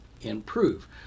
improve